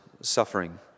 suffering